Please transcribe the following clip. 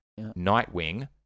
Nightwing